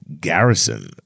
Garrison